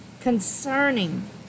concerning